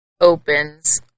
opens